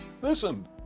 Listen